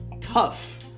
tough